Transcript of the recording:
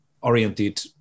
oriented